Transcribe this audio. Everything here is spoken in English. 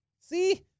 See